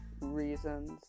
reasons